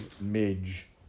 Midge